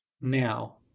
now